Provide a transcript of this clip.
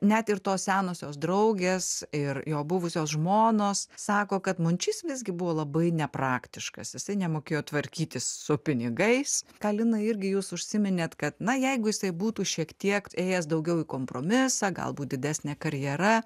net ir tos senosios draugės ir jo buvusios žmonos sako kad mončys visgi buvo labai nepraktiškas jisai nemokėjo tvarkytis su pinigais ką lina irgi jūs užsiminėt kad na jeigu jisai būtų šiek tiek ėjęs daugiau į kompromisą galbūt didesnė karjera